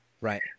Right